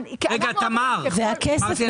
והכסף,